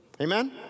Amen